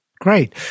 Great